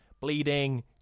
bleeding